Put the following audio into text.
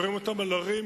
יורים אותם על ערים,